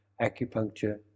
acupuncture